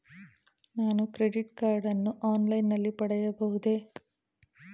ನಾನು credit card ಅನ್ನು online ನಲ್ಲಿ ಪಡೆಯಬಹುದೇ?